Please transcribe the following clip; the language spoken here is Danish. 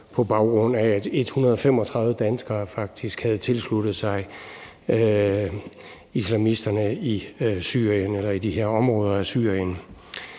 på baggrund af at 135 danskere faktisk havde tilsluttet sig islamisterne i de her områder i Syrien.